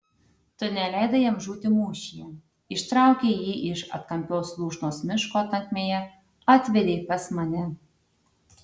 tu neleidai jam žūti mūšyje ištraukei jį iš atkampios lūšnos miško tankmėje atvedei pas mane